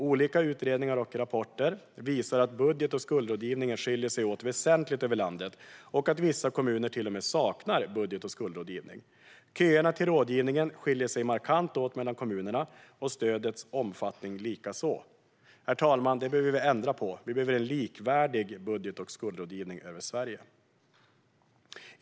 Olika utredningar och rapporter visar att budget och skuldrådgivningen skiljer sig åt väsentligt över landet och att vissa kommuner till och med saknar budget och skuldrådgivning. Köerna till rådgivningen skiljer sig markant åt mellan kommunerna, stödets omfattning likaså. Det behöver vi ändra på, herr talman. Vi behöver en likvärdig budget och skuldrådgivning i hela Sverige.